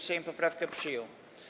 Sejm poprawkę przyjął.